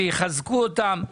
ויחזקו אותם.